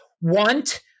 want